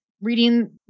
reading